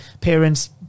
parents